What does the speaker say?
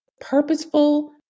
purposeful